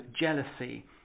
jealousy